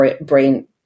brain